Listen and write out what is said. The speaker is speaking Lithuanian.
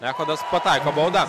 echodas pataiko baudas